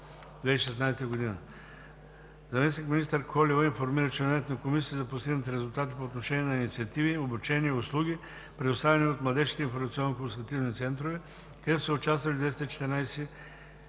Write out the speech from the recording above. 2016 г. Заместник-министър Колева информира членовете на Комисията за постигнати резултати по отношение на инициативи, обучения и услуги, предоставяни от Младежките информационно-консултантски центрове, където са участвали 214